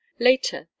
later